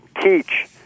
teach